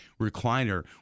recliner